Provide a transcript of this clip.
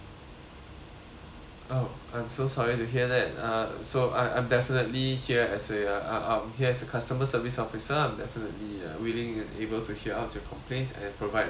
oh I'm so sorry to hear that uh so I'm I'm definitely here as uh our here as a customer service officer I'm definitely uh willing and able to hear out to complaints and provide if needed